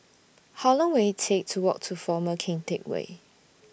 How Long Will IT Take to Walk to Former Keng Teck Whay